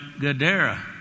Gadara